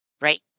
right